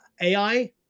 AI